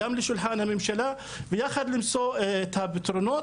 יחד לשבת עם האנשים,